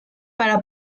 para